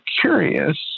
curious